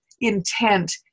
intent